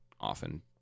often